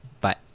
Bye